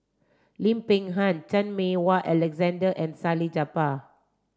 Lim Peng Han Chan Meng Wah Alexander and Salleh Japar